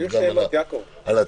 ואני